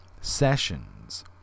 sessions